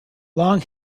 long